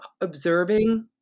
observing